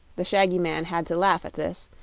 the shaggy man had to laugh at this,